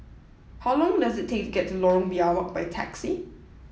how long does it take to get to Lorong Biawak by taxi